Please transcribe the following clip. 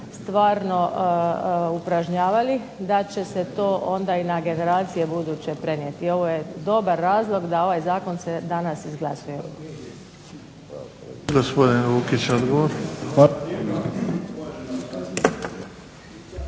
stvarno upražnjavali da će se to i na buduće generacije prenijeti. Ovo je dobar razlog da se ovaj zakon danas izglasuje.